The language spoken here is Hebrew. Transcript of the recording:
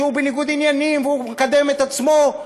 שהוא בניגוד עניינים ומקדם את עצמו.